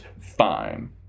fine